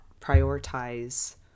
prioritize